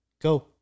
Go